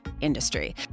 industry